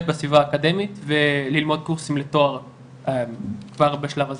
בסביבה האקדמית וללמוד קורסים לתואר כבר בשלב הזה.